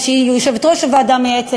שהיא יושבת-ראש הוועדה המייעצת,